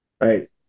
right